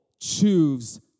choose